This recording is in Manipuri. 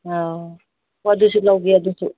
ꯑꯥꯎ ꯍꯣ ꯑꯗꯨꯁꯨ ꯂꯧꯒꯦ ꯑꯗꯨꯁꯨ